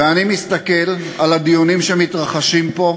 ואני מסתכל על הדיונים שמתרחשים פה,